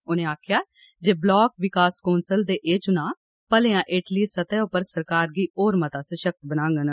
उनें आक्खेआ जे ब्लाक विकास कौंसल दे एह् चुनां मलेयां हेठली सतह् उप्पर सरकार गी होर मता सशक्त बनांगन